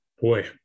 Boy